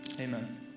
Amen